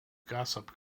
gossip